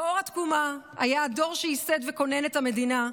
דור התקומה היה הדור שייסד וכונן את המדינה,